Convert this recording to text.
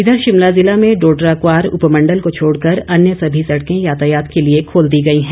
इधर शिमला जिला में डोडरा क्वार उपमंडल को छोड़कर अन्य सभी सड़कें यातायात के लिए खोल दी गई हैं